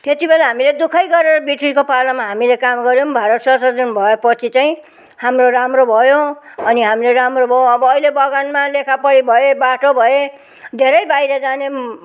त्यतिबेला हामीले दुखै गरेर ब्रिटिसको पालोमा हामीले काम गऱ्यौँ भारत स्वतन्त्र भएपछि चाहिँ हाम्रो राम्रो भयो अनि हामीले राम्रो भयो अब अहिले बगानमा लेखापढी भए बाठो भए धेरै बाहिर जाने पनि